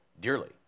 dearly